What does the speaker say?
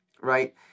right